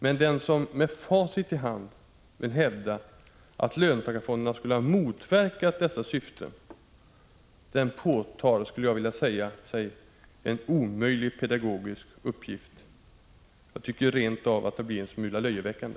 Men den som med facit i hand vill hävda att löntagarfonderna skulle ha motverkat dessa syften, den påtar sig en omöjlig pedagogisk uppgift. Det blir rent av en smula löjeväckande.